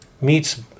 meets